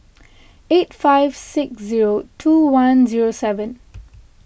eight five six zero two one zero seven